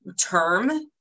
term